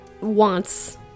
wants